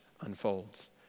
unfolds